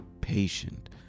patient